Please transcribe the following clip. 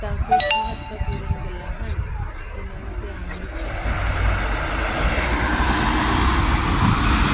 ਤਾਂ ਕੁਛ ਮਹੱਤਵਪੂਰਨ ਗੱਲਾਂ ਹਨ ਜਿਹਨਾਂ ਨੂੰ ਧਿਆਨ ਵਿੱਚ ਰੱਖਣਾ ਚਾਹੀਦਾ ਹੈ ਅਤੇ ਫਿਰ ਕਾਰਵਾਈ ਕੀਤੀ ਜਾ ਸਕਦੀ ਹੈ